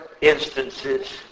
instances